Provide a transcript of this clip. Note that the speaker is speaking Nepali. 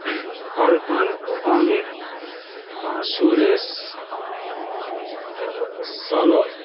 अर्पण अमित सुरेश सलोन